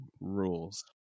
rules